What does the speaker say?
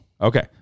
Okay